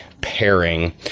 pairing